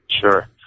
Sure